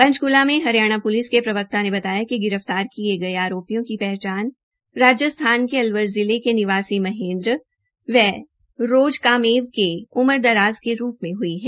पंचकूला में हरियाणा प्लिस के प्रवक्ता ने बताया कि आरोपियों की पहचान राजस्थान के अलवर जिले के निवासी महेन्द्र व रोजकामेव के उमदराज के रूप मे हुई है